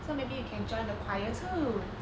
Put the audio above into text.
so maybe you can join the choir too